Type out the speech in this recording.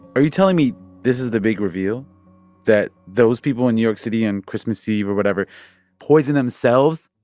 are you telling me this is the big reveal that those people in new york city on christmas eve or whatever poisoned themselves?